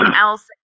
else